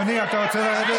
מה זה, אדוני, אתה רוצה לרדת?